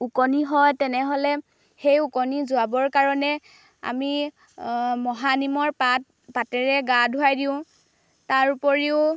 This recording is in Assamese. ওকণি হয় তেনেহ'লে সেই ওকণি যোৱাবৰ কাৰণে আমি মহানিমৰ পাত পাতেৰে গা ধুৱাই দিওঁ তাৰ উপৰিও